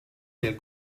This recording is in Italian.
nel